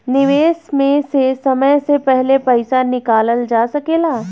निवेश में से समय से पहले पईसा निकालल जा सेकला?